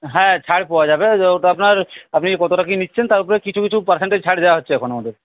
হ্যাঁ ছাড় পাওয়া যাবে যেহেতু আপনার আপনি কতটা কী নিচ্ছেন তার উপরে কিছু কিছু পার্সেন্টেজ ছাড় দেওয়া হচ্ছে এখন আমাদের